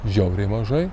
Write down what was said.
žiauriai mažai